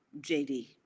JD